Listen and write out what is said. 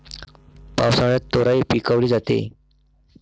पावसाळ्यात तोराई पिकवली जाते